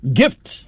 gift